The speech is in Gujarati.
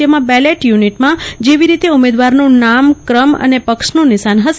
જેમાં બેલેટ યુનિટમાં જેવી રીતે ઉમેદવારનું નામ ક્રમ અને પક્ષનું નિશાન હશે